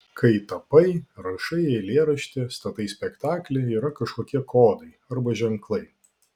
kai tapai rašai eilėraštį statai spektaklį yra kažkokie kodai arba ženklai